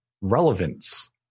relevance